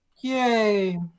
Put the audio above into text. Yay